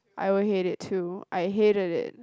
I will hate it too I hated it